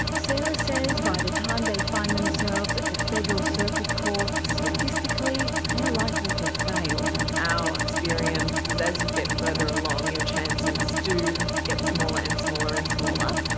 sarah says by the time they find themselves at the federal circuit court, statistically they are likely to fail. our experience is as you get further along your chances do get smaller and smaller and smaller,